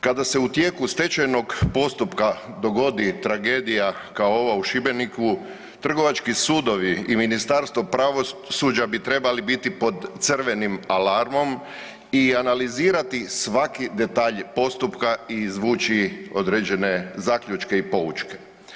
Kada se u tijeku stečajnog postupka dogodi tragedija kao ova u Šibeniku, trgovački sudovi i Ministarstvo pravosuđa bi trebali biti pod crvenim alarmom i analizirati svaki detalj postupka i izvući određene zaključke i poučke.